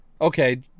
Okay